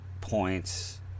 points